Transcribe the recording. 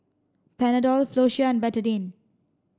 Panadol Floxia and Betadine